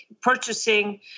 purchasing